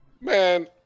Man